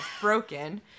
broken